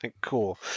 Cool